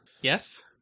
Yes